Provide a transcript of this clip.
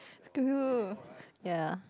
screw you ya